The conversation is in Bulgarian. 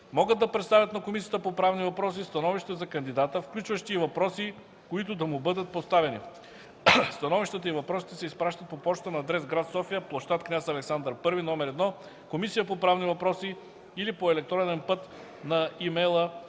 могат да представят на Комисията по правни въпроси становища за кандидата, включващи и въпроси, които да му бъдат поставяни. Становищата и въпросите се изпращат по пощата на адрес: град София, пл. „Княз Александър І” № 1, Комисия по правни въпроси или по електронен път на